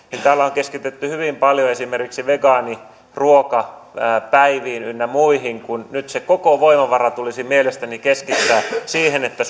täällä on keskitytty hyvin paljon esimerkiksi vegaaniruokapäiviin ynnä muihin kun nyt se koko voimavara tulisi mielestäni keskittää siihen että